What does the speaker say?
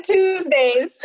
Tuesdays